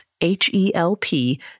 H-E-L-P